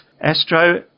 Astro